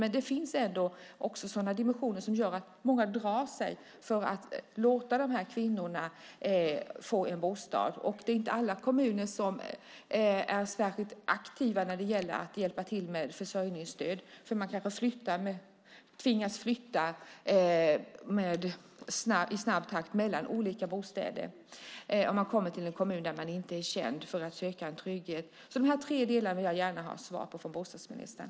Men det finns sådana dimensioner som gör att många drar sig för att låta de här kvinnorna få en bostad. Och det är inte alla kommuner som är särskilt aktiva när det gäller att hjälpa till med försörjningsstöd. Man kan tvingas flytta i snabb takt mellan olika bostäder om man kommer till en kommun för att söka trygghet och inte är känd. I de här tre delarna vill jag gärna ha svar från bostadsministern.